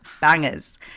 bangers